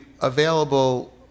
available